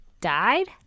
died